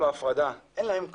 בהפרדה בין להם כלום.